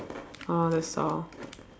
!huh! that's all